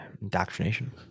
indoctrination